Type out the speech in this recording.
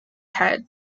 head